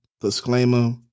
disclaimer